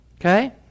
Okay